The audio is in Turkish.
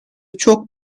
çok